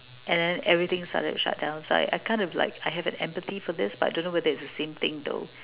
and then everything started to shut down so I I kind of like I have an empathy for this but I don't know if it's the same thing though